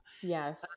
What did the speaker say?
Yes